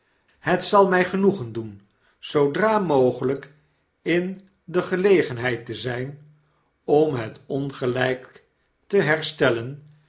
het zal mij genoegen doen zoodra mogelijk in de gelegenheid te zijn om het ongerjk te herstellen